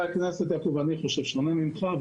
אני חושב שונה ממך,